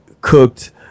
cooked